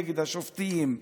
נגד השופטים,